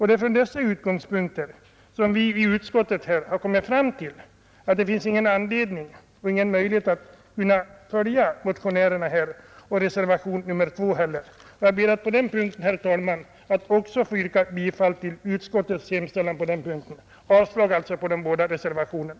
Det är från dessa utgångspunkter som vi i utskottet kommit fram till att det inte finns någon anledning eller möjlighet att följa motionärernas förslag och inte heller förslaget i reservationen 2. Jag ber, herr talman, att också på den punkten få yrka bifall till utskottets förslag och därmed avslag på båda reservationerna.